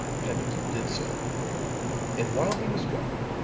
pendleton did so and while he was gone,